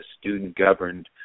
student-governed